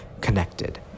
connected